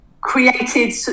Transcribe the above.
created